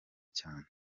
cyane